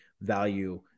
value